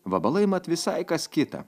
vabalai mat visai kas kita